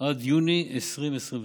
עד יוני 2021,